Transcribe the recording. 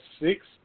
six